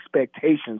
expectations